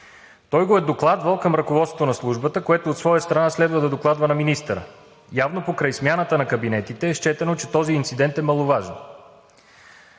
Той го е докладвал към ръководството на Службата, която от своя страна следва да докладва на министъра. Явно покрай смяната на кабинетите е счетено, че този инцидент е маловажен.